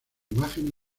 imágenes